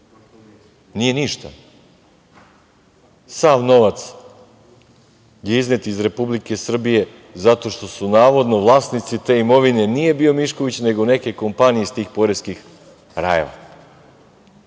Nije ništa. Sav novac je iznet iz Republike Srbije zato što navodno vlasnici te imovine nije bio Mišković nego neke kompanije iz tih poreskih rajeva,